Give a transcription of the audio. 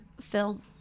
film